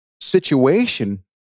situation